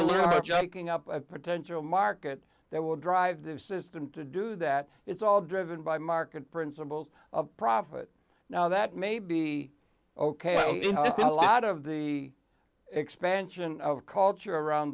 to learn about junking up a potential market that will drive their system to do that it's all driven by market principles of profit now that may be ok well you know it's a lot of the expansion of culture around